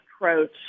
approach